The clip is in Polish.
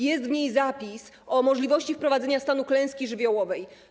Jest w niej zapis o możliwości wprowadzenia stanu klęski żywiołowej.